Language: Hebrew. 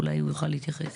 אולי הוא יוכל להתייחס.